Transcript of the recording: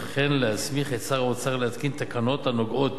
וכן להסמיך את שר האוצר להתקין תקנות הנוגעות